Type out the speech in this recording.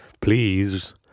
please